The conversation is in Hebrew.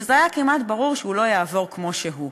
שהיה כמעט ברור שהוא לא יעבור כמו שהוא.